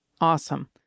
Awesome